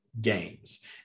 games